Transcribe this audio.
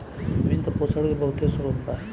वित्त पोषण के बहुते स्रोत बा